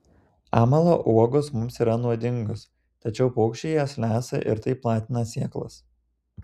amalo uogos mums yra nuodingos tačiau paukščiai jas lesa ir taip platina sėklas